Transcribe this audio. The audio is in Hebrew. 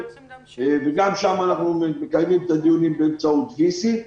וגם שם אנחנו מקיימים את הדיונים באמצעות וי-סי.